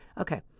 Okay